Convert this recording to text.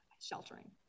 sheltering